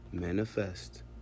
Manifest